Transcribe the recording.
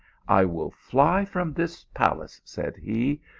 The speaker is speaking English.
i will fly from this palace, said he,